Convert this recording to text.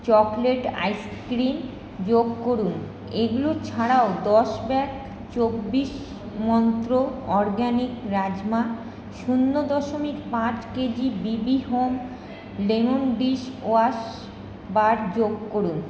chocolate ice cream যোগ করুন এগুলো ছাড়াও দশ ব্যাগ চব্বিশ মন্ত্র অর্গ্যানিক রাজমা শূন্য দশমিক পাঁচ K G B B home lemon dishwash bar যোগ করুন